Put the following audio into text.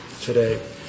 today